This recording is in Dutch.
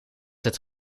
het